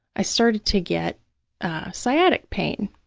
i started to get sciatic pain.